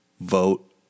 vote